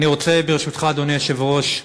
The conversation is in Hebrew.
אני רוצה, ברשותך, אדוני היושב-ראש,